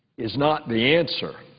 is not the answer.